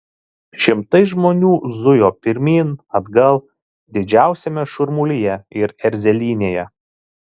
šimtai žmonių zujo pirmyn atgal didžiausiame šurmulyje ir erzelynėje